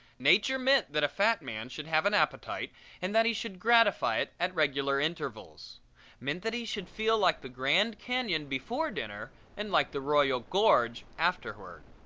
nature meant that a fat man should have an appetite and that he should gratify it at regular intervals meant that he should feel like the grand canyon before dinner and like the royal gorge afterward.